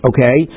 Okay